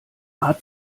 hat